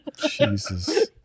Jesus